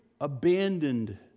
abandoned